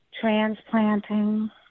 transplanting